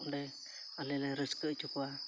ᱚᱸᱰᱮ ᱟᱞᱮᱞᱮ ᱨᱟᱹᱥᱠᱟᱹ ᱚᱪᱚ ᱠᱚᱣᱟ